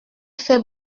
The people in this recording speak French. fait